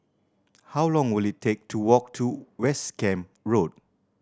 how long will it take to walk to West Camp Road